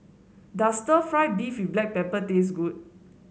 does stir fry beef with Black Pepper taste good